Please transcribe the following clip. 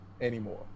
anymore